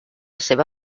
seva